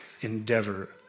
endeavor